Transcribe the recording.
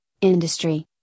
industry